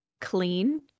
clean